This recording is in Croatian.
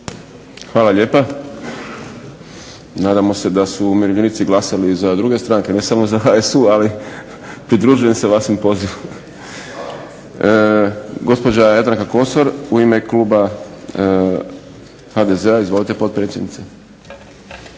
Hvala lijepa. Nadamo se da su umirovljenici glasali i za druge stranke, ne samo za HSU, ali pridružujem se vašem pozivu. Gospođa Jadranka Kosor u ime kluba HDZ-a. Izvolite potpredsjednice.